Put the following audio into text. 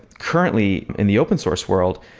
currently, in the open source world,